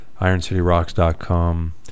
ironcityrocks.com